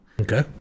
Okay